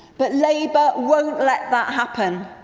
but labour won't let that happen.